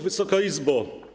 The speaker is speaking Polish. Wysoka Izbo!